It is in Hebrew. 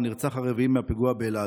הנרצח הרביעי מהפיגוע באלעד.